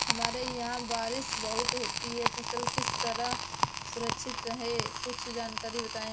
हमारे यहाँ बारिश बहुत होती है फसल किस तरह सुरक्षित रहे कुछ जानकारी बताएं?